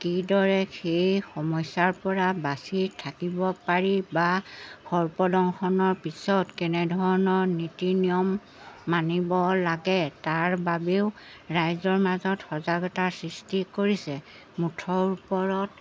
কিদৰে সেই সমস্যাৰপৰা বাচি থাকিব পাৰি বা সৰ্পদংশনৰ পিছত কেনেধৰণৰ নীতি নিয়ম মানিব লাগে তাৰ বাবেও ৰাইজৰ মাজত সজাগতাৰ সৃষ্টি কৰিছে মুঠৰ ওপৰত